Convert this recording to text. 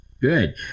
Good